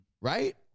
right